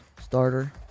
starter